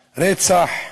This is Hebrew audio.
רצח,